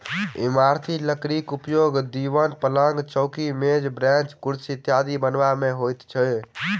इमारती लकड़ीक उपयोग दिवान, पलंग, चौकी, मेज, बेंच, कुर्सी इत्यादि बनबय मे होइत अछि